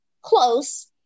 close